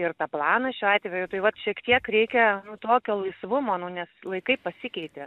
ir tą planą šiuo atveju tai vat šiek tiek reikia nu tokio laisvumo nu nes laikai pasikeitė